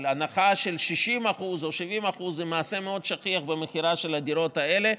אבל הנחה של 60% או 70% זה מעשה מאוד שכיח במכירה של הדירות האלה,